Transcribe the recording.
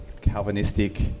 Calvinistic